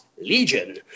Legion